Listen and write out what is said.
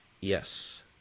Yes